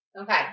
Okay